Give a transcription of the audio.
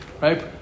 Right